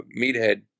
Meathead